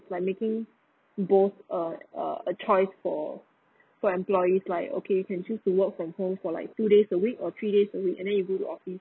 like making both a a a choice for for employees like okay you can choose to work from home for like two days a week or three days a week and then you go to office